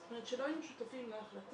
זאת אומרת שלא היינו שותפים להחלטה,